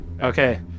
Okay